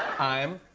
i'm.